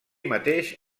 mateix